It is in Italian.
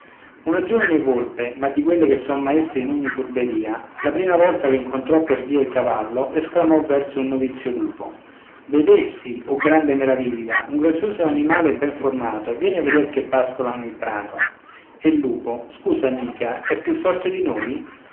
una giovine volpe ma di quelle che son maestre in ogni furberia la prima volta che incontrò per via il cavallo esclamò verso un novizio lupo vedessi oh grande meraviglia un grazioso animale ben formato vieni a veder che pascola nel prato e il lupo scusa amica è più forte di noi